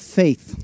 faith